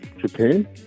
Japan